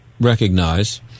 recognize